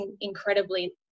incredibly